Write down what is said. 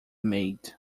made